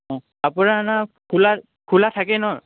অঁ আপোনাৰ ন খোলা খোলা থাকেই ন